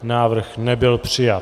Návrh nebyl přijat.